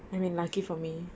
I mean lucky for me